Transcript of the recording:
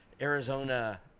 Arizona